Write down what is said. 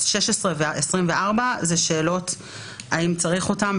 אז עולה השאלה האם צריך את 16 ו-24,